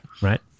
right